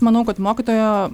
manau kad mokytojo